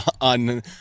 on